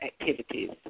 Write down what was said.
Activities